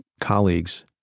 colleagues